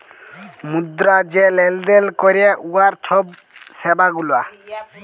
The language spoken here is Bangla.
মুদ্রা যে লেলদেল ক্যরে উয়ার ছব সেবা গুলা